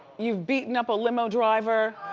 you've beaten up a limo driver.